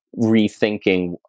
rethinking